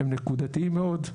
הם נקודתיים מאוד.